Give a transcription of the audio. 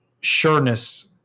sureness